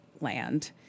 land